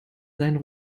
seinen